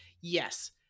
yes